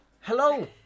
Hello